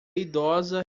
idosa